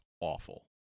awful